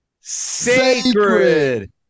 sacred